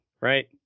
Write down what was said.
Right